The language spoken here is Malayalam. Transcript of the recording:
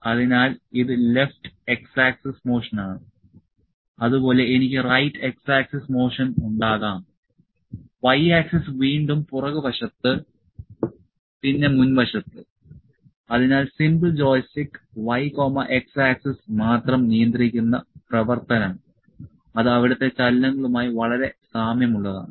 അതിനാൽ ഇത് ലെഫ്റ്റ് x ആക്സിസ് മോഷൻ ആണ് അതുപോലെ എനിക്ക് റൈറ്റ് x ആക്സിസ് മോഷൻ ഉണ്ടാകാം y ആക്സിസ് വീണ്ടും പുറക് വശത്ത് പിന്നെ മുൻ വശത്ത് അതിനാൽ simple joystick y x axis മാത്രം നിയന്ത്രിക്കുന്ന പ്രവർത്തനം അത് അവിടത്തെ ചലനങ്ങളുമായി വളരെ സാമ്യമുള്ളതാണ്